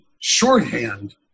shorthand